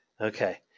Okay